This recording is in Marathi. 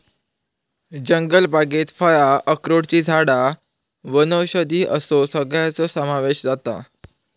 जंगलबागेत फळां, अक्रोडची झाडां वनौषधी असो सगळ्याचो समावेश जाता